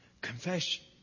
Confession